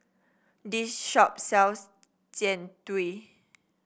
this shop sells Jian Dui